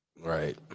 Right